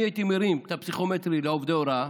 אני הייתי מרים את הפסיכומטרי לעובדי הוראה,